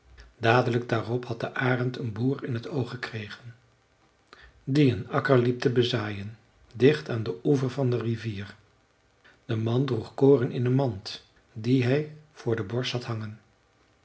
dadelijk daarop had de arend een boer in t oog gekregen die een akker liep te bezaaien dicht aan den oever van de rivier de man droeg koren in een mand die hij voor de borst had hangen